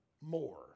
more